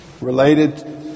related